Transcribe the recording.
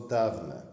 dawne